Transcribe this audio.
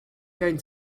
going